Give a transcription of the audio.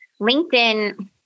LinkedIn